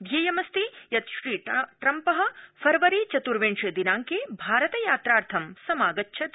ध्येयमस्ति यत ा श्री ट्रम्प फरवरी चत्र्विशे दिनांके भारत यात्रार्थं समागच्छति